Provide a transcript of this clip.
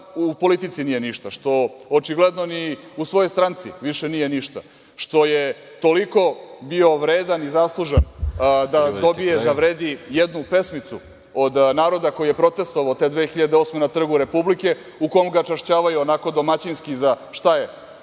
u politici nije ništa, što očigledno ni u svojoj stranci više nije ništa, što je toliko bio vredan i zaslužan da dobije, zavredi jednu pesmicu od naroda koji je protestvovao te 2008. godine na Trgu republike, u kom ga čašćavaju onako domaćinski za šta je